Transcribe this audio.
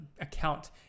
account